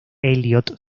elliott